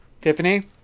Tiffany